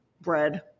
bread